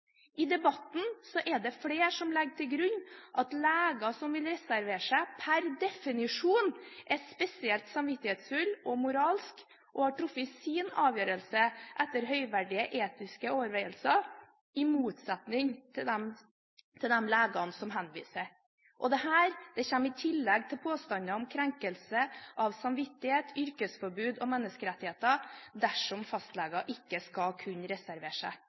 I debatten er det flere som legger til grunn at leger som vil reservere seg, per definisjon er spesielt samvittighetsfulle og moralske og har truffet sin avgjørelse etter høyverdige etiske overveielser, i motsetning til de legene som henviser. Og dette kommer i tillegg til påstander om krenkelse av samvittighet og menneskerettigheter, og yrkesforbud dersom fastleger ikke skal kunne reservere seg.